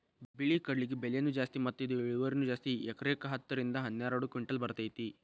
ಬಿಳಿ ಕಡ್ಲಿಗೆ ಬೆಲೆನೂ ಜಾಸ್ತಿ ಮತ್ತ ಇದ ಇಳುವರಿನೂ ಜಾಸ್ತಿ ಎಕರೆಕ ಹತ್ತ ರಿಂದ ಹನ್ನೆರಡು ಕಿಂಟಲ್ ಬರ್ತೈತಿ